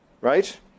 right